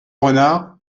renard